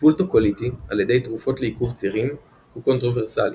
טיפול טוקוליטי על ידי תרופות לעיכוב צירים הוא קונטרווורסלי.